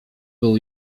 był